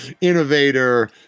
innovator